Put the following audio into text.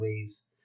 ways